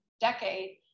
decade